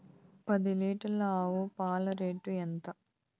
పది లీటర్ల ఆవు పాల రేటు ఎంత?